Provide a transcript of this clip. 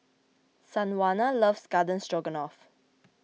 Sanjuana loves Garden Stroganoff